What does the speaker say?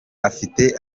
afite